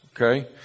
okay